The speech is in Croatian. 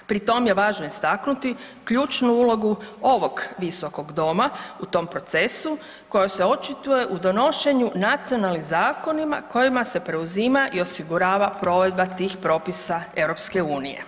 Pri tom je važno istaknuti ključnu ulogu ovog visokog doma u tom procesu koja se očituje u donošenju nacionalnim zakonima kojima se preuzima i osigurava provedba tih propisa EU.